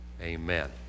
amen